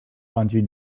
bungee